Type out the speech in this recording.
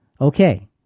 Okay